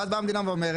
ואז באה המדינה ואומרת,